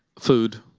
food.